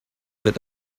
with